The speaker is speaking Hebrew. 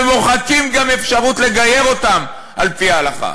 ומוחקים גם אפשרות לגייר אותם על-פי ההלכה.